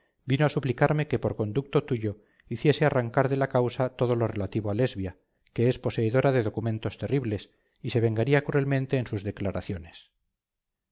vino a suplicarme que por conducto tuyo hiciese arrancar de la causa todo lo relativo a lesbia que es poseedora de documentos terribles y se vengaría cruelmente en sus declaraciones